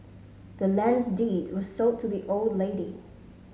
the land's deed was sold to the old lady